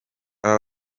aba